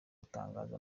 gutangaza